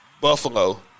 Buffalo